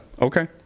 okay